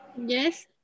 Yes